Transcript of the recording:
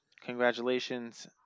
congratulations